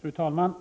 Fru talman!